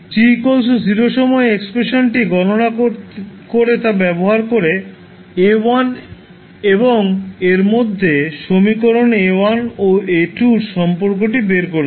t 0 সময়ে এক্সপ্রেশানটি গণনা করে তা ব্যবহার করে A1 এবং এর মধ্যে সমীকরণ A1 ও A2 এর সম্পর্কটি বের করছিলাম